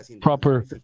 proper